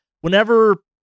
Whenever